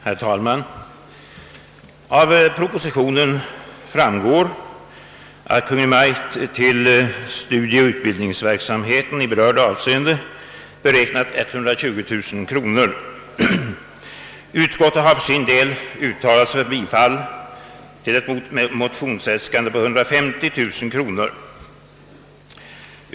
Herr talman! Av propositionen framgår att Kungl. Maj:t till studieoch utbildningsverksamheten på fiskerinäringens område beräknat 120000 kronor. Utskottet har för sin del uttalat sig för bifall till ett motionsyrkande om 150 000 kronor.